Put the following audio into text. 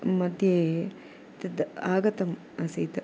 मध्ये तद् आगतम् आसीत्